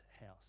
house